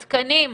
התקנים.